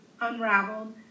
unraveled